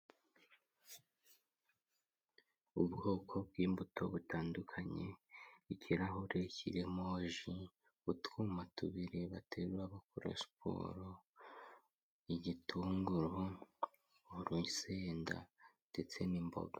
Ubwoko bw'imbuto butandukanye, ikirahure kirimo ji, utwuma tubiri baterura bakora siporo, igitunguru, urusenda ndetse n'imboga.